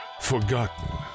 Forgotten